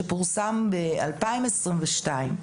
שפורסם ב-2022,